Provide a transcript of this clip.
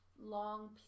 long